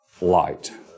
light